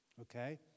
okay